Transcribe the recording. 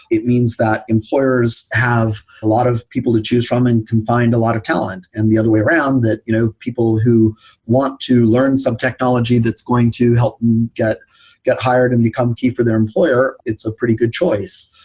it means that employers have a lot of people to choose from and can find a lot of talent, and the other way around that you know people who want to learn some technology that's going to help them get get hired and become key for their employer, it's a pretty good choice.